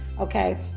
okay